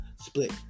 split